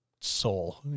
soul